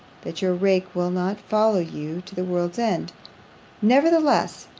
that your rake will not follow you to the world's end nevertheless,